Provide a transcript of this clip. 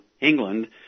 England